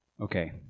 Okay